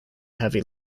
heavy